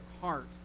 heart